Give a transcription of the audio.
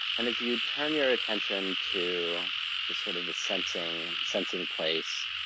and as you turn your attention to just sort of the sensing and sensing place,